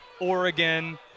Oregon